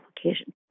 application